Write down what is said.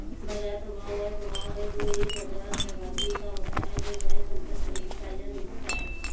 बाजार प्रभाव वह प्रभाव है जो एक बाजार सहभागी का होता है जब वह संपत्ति खरीदता या बेचता है